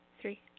three